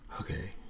Okay